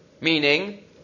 Meaning